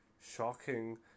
shocking